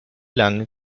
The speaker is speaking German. lange